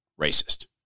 racist